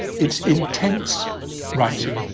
it's intense writing,